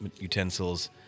utensils